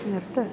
നിർത്ത്